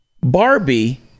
Barbie